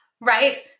right